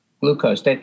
glucose